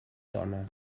dona